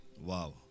Wow